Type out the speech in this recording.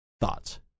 Thoughts